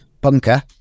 bunker